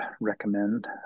recommend